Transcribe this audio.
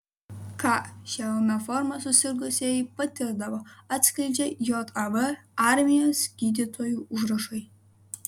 ką šia ūmia forma susirgusieji patirdavo atskleidžia jav armijos gydytojų užrašai